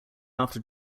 after